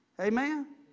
Amen